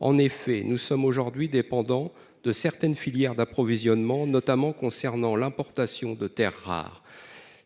En effet, nous sommes aujourd'hui dépendant de certaines filières d'approvisionnement, notamment concernant l'importation de Terres rares.